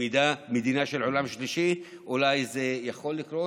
במדינה של עולם שלישי אולי זה יכול לקרות,